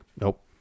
Nope